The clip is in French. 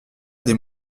des